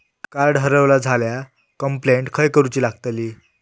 Card हरवला झाल्या complaint खय करूची लागतली?